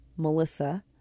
Melissa